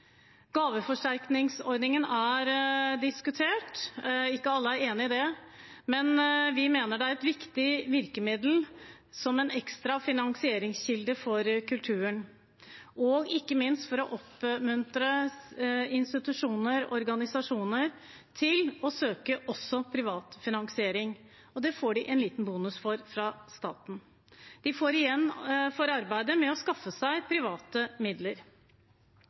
Gaveforsterkningsordningen er diskutert, ikke alle er enig i den. Men vi mener det er et viktig virkemiddel som en ekstra finansieringskilde for kulturen, og ikke minst for å oppmuntre institusjoner og organisasjoner til å søke også privat finansering. Og det får de en liten bonus for fra staten. De får igjen for arbeidet med å skaffe seg private midler.